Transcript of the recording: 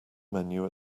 menu